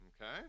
Okay